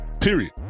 Period